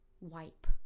Wipe